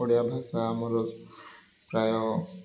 ଓଡ଼ିଆ ଭାଷା ଆମର ପ୍ରାୟ